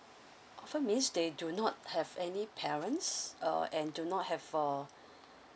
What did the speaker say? orphan means they do not have any parents uh and do not have uh